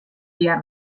behar